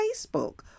Facebook